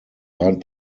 rein